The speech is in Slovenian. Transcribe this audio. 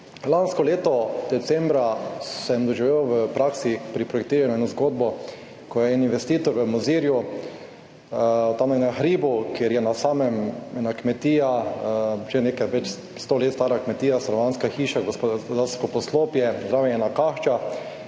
Lansko leto decembra sem doživel v praksi pri projektiranju eno zgodbo, ko je en investitor v Mozirju tam na hribu, kjer je na samem ena kmetija, že nekaj več sto let stara kmetija, stanovanjska hiša, gospodarsko poslopje, zraven ena kašča.